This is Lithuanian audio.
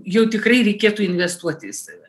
jau tikrai reikėtų investuoti į save